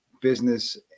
business